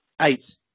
eight